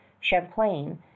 Champlain